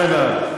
יפה מאוד.